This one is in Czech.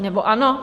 Nebo ano?